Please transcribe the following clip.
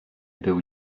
był